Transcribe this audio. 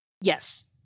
yes